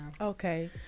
Okay